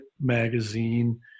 magazine